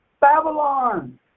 Babylon